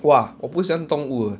!wah! 我不喜欢动物